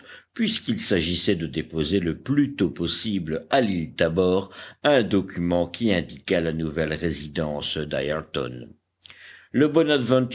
puisqu'il s'agissait de déposer le plus tôt possible à l'île tabor un document qui indiquât la nouvelle résidence d'ayrton le